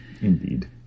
Indeed